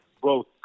growth